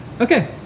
Okay